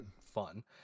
fun